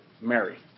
Mary